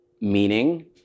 meaning